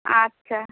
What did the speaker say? আচ্ছা